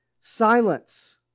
silence